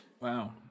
Wow